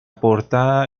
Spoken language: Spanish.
portada